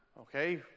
okay